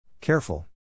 Careful